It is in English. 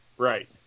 Right